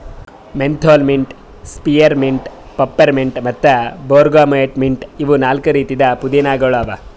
menthol mint, spearmint, peppermint ಮತ್ತ bergamot mint ಇವು ನಾಲ್ಕು ರೀತಿದ್ ಪುದೀನಾಗೊಳ್ ಅವಾ